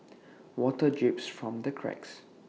water drips from the cracks